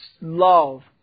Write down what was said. love